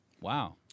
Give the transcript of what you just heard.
Wow